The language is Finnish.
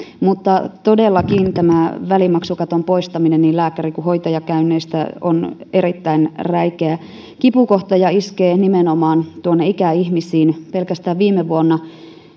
todellakin tämä välimaksukaton poistaminen niin lääkäri kuin hoitajakäynneistä on erittäin räikeä kipukohta ja iskee nimenomaan tuonne ikäihmisiin pelkästään viime vuonna